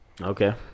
okay